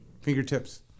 fingertips